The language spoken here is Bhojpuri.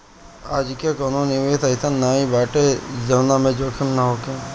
आजके कवनो निवेश अइसन नाइ बाटे जवना में जोखिम ना होखे